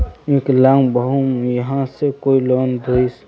विकलांग कहुम यहाँ से कोई लोन दोहिस?